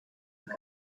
and